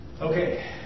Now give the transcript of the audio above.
Okay